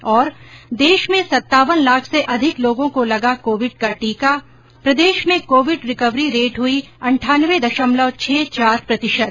ं देश में सत्तावन लाख से अधिक लोगों को लगा कोविड का टीका प्रदेश में कोविड रिकवरी रेट हुई अठानवे दशमलव छः चार प्रतिशत